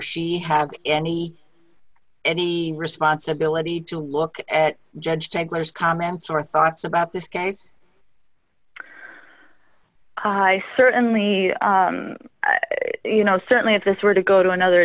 she have any any responsibility to look at judge tiger's comments or thoughts about this case i certainly you know certainly if this were to go to another